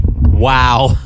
wow